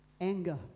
Anger